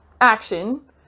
action